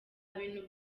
bintu